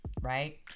right